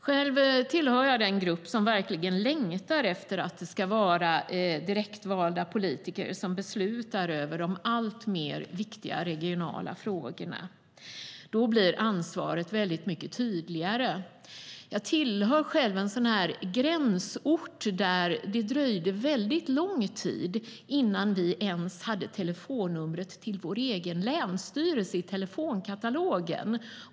Själv tillhör jag den grupp som verkligen längtar efter att det ska vara direktvalda politiker som beslutar om de allt viktigare regionala frågorna. Då blir ansvaret mycket tydligare. Jag kommer själv från en gränsort där det dröjde länge innan vi ens hade telefonnumret till vår egen länsstyrelse i telefonkatalogen.